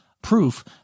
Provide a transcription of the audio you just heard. proof